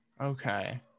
Okay